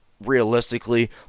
realistically